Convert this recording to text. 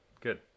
Good